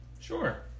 Sure